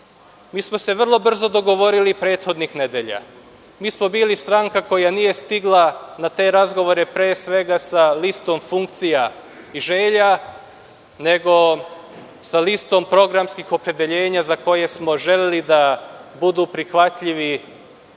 smo se vrlo brzo dogovorili prethodnih nedelja. Mi smo bili stranka koja nije stigla na te razgovore, pre svega sa listom funkcija i želja, nego sa listom programskih opredeljenja za koje smo želeli da budu prihvatljivi,